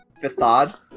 Facade